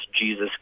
Jesus